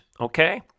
okay